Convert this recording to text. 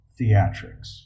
theatrics